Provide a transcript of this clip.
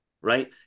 right